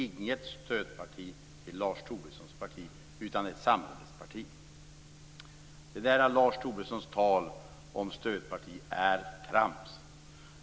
Vi var inget stödparti till Lars Tobissons parti, utan ett samarbetsparti. Lars Tobissons tal om stödparti är trams.